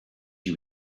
you